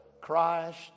Christ